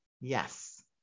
Yes